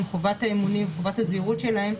עם חובת הזהירות שלהן,